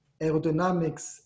aerodynamics